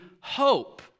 hope